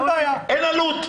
אין עלות.